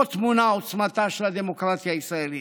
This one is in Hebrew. פה טמונה עוצמתה של הדמוקרטיה הישראלית.